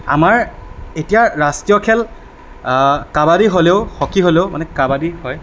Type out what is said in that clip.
আমাৰ এতিয়া ৰাষ্ট্ৰীয় খেল কাবাডী হ'লেও হকি হ'লেও মানে কাবাডী হয়